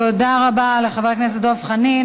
תודה רבה לחבר הכנסת דב חנין.